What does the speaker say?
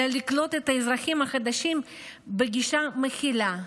אלא לקלוט את האזרחים החדשים בגישה מכילה,